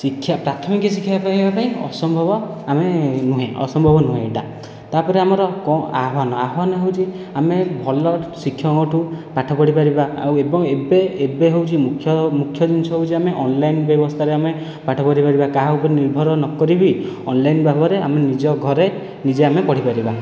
ଶିକ୍ଷା ପ୍ରାଥମିକ ଶିକ୍ଷା ପାଇବା ପାଇଁ ଅସମ୍ଭବ ଆମେ ନୁହେଁ ଅସମ୍ଭବ ନୁହେଁ ଏହିଟା ତା'ପରେ ଆମର କ'ଣ ଆହ୍ଵାନ ଆହ୍ଵାନ ହେଉଛି ଆମେ ଭଲ ଶିକ୍ଷକଙ୍କଠୁ ପାଠ ପଢ଼ି ପାରିବା ଆଉ ଏବଂ ଏବେ ଏବେ ହେଉଛି ମୁଖ୍ୟ ମୁଖ୍ୟ ଜିନିଷ ହେଉଛି ଆମେ ଅନଲାଇନ ବ୍ୟବସ୍ଥାରେ ଆମେ ପାଠ ପଢ଼ି ପାରିବା କାହା ଉପରେ ନିର୍ଭର ନ କରିବି ଅନଲାଇନ ଭାବରେ ଆମେ ନିଜ ଘରେ ନିଜେ ଆମେ ପଢ଼ି ପାରିବା